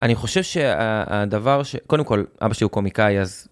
אני חושב שהדבר ש... קודם כל, אבא שלי הוא קומיקאי, אז...